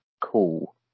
cool